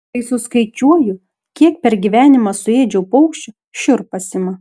kai suskaičiuoju kiek per gyvenimą suėdžiau paukščių šiurpas ima